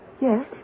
Yes